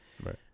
Right